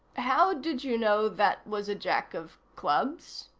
how did you know that was a jack of clubs?